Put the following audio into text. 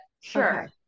Sure